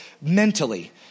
mentally